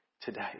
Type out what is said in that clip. today